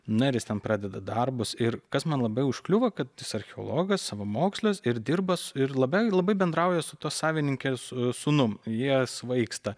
na ir jis ten pradeda darbus ir kas man labai užkliuvo kad jis archeologas savamokslis ir dirbas ir labai labai bendrauja su tos savininkės sūnum jie svaigsta